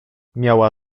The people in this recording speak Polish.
miała